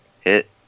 hit